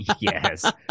Yes